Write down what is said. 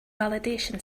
validation